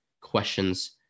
questions